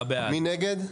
מי נגד?